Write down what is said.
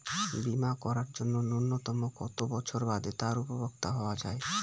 বীমা করার জন্য ন্যুনতম কত বছর বাদে তার উপভোক্তা হওয়া য়ায়?